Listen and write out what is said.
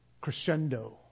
crescendo